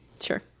Sure